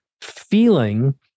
feeling